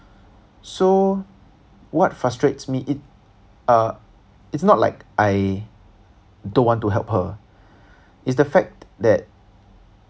so what frustrates me it uh it's not like I don't want to help her it's the fact that